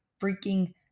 freaking